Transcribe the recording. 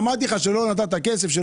אמרתי לך שלא נתת כסף?